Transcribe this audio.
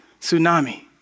tsunami